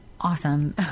awesome